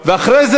בואו נאפשר לו.